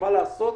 מה לעשות,